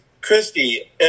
christy